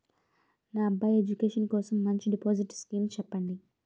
నా అబ్బాయి ఎడ్యుకేషన్ కోసం మంచి డిపాజిట్ స్కీం చెప్పండి